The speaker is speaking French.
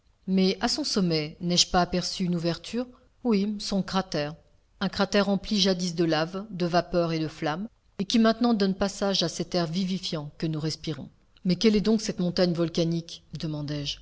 mais à son sommet n'ai-je pas aperçu une ouverture oui son cratère un cratère empli jadis de laves de vapeurs et de flammes et qui maintenant donne passage à cet air vivifiant que nous respirons mais quelle est donc cette montagne volcanique